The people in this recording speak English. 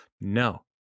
No